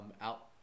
Out